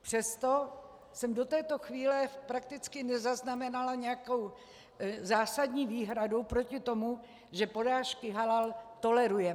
Přesto jsem do této chvíle prakticky nezaznamenala nějakou zásadní výhradu proti tomu, že porážky halal tolerujeme.